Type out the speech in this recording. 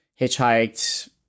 hitchhiked